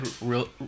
real